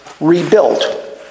rebuilt